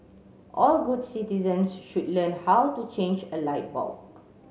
all good citizens should learn how to change a light bulb